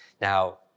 Now